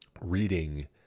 reading